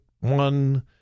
one